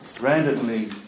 randomly